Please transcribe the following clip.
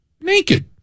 naked